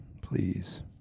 please